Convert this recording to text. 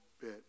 bit